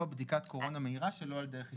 בדיקת קורונה מהירה שלא על דרך עיסוק.